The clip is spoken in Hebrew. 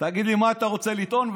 תגיד לי מה אתה רוצה לטעון,